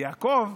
יעקב,